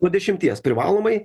nuo dešimties privalomai